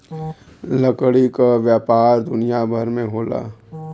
लकड़ी क व्यापार दुनिया भर में होला